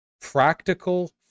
practical